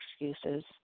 excuses